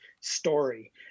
story